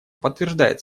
подтверждает